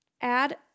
add